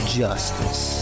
justice